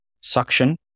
suction